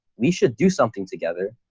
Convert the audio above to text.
we should do something together.